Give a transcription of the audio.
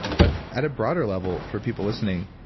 but at a broader level for people listening,